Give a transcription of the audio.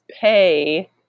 pay